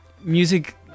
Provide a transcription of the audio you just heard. music